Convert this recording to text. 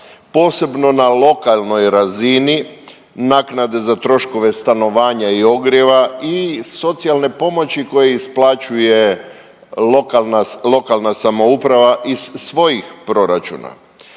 posebno na lokalnoj razini, naknade za troškove stanovanja i ogrijeva i socijalne pomoći koje isplaćuje lokalna samouprava iz svojih proračuna.